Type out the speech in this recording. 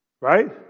Right